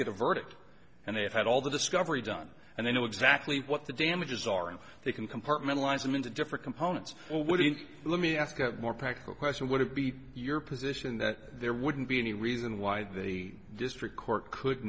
get a verdict and they have had all the discovery done and they know exactly what the damages are and they can compartmentalize them into different components or wouldn't let me ask a more practical question would it be your position that there wouldn't be any reason why the district court could